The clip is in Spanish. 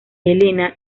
helena